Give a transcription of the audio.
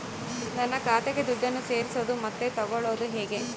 ನನ್ನ ಖಾತೆಗೆ ದುಡ್ಡನ್ನು ಸೇರಿಸೋದು ಮತ್ತೆ ತಗೊಳ್ಳೋದು ಹೇಗೆ?